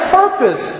purpose